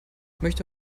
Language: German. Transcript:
möchte